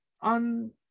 on